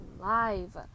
live